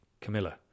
Camilla